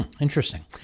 interesting